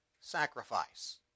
sacrifice